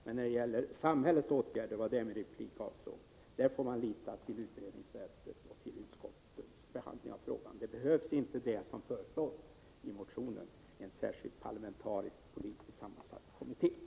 Men när det gäller samhällets åtgärder, och det var det som min replik avsåg, får man lita till de organ som finns. En sådan särskild parlamentarisk, politiskt sammansatt kommission som föreslås i motionen behövs inte.